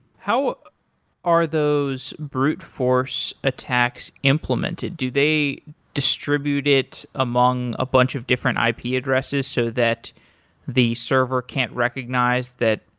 how are those brute force attacks implemented? do they distribute it among a bunch of different ah ip addresses so that the server can't recognize that,